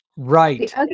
right